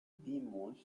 memes